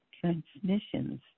Transmissions